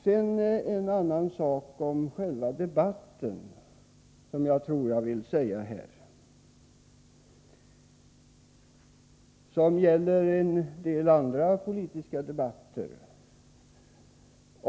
Sedan vill jag säga en sak om själva debatten som gäller även en del andra politiska debatter.